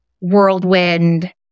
whirlwind